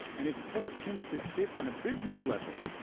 and it forced him to sit on a business level.